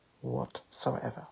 whatsoever